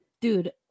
Dude